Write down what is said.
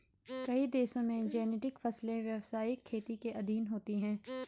कई देशों में जेनेटिक फसलें व्यवसायिक खेती के अधीन होती हैं